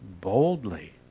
boldly